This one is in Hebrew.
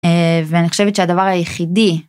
ואני חושבת שהדבר היחידי.